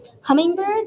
hummingbirds